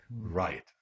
right